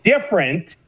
different